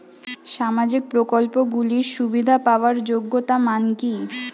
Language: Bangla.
সামাজিক প্রকল্পগুলি সুবিধা পাওয়ার যোগ্যতা মান কি?